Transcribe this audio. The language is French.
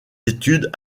études